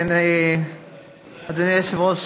אדוני היושב-ראש,